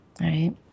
right